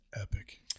epic